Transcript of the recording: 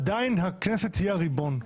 עדיין הכנסת היא הריבון.